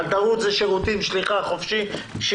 בלדרות ושירותים, שליחה, חופשי.